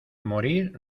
morir